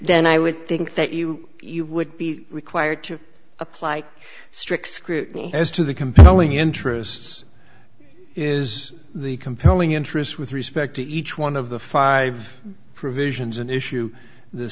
then i would think that you you would be required to apply strict scrutiny as to the compelling interests is the compelling interest with respect to each one of the five provisions an issue the